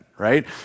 right